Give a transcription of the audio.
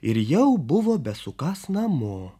ir jau buvo besukąs namo